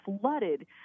flooded